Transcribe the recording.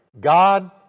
God